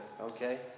okay